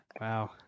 Wow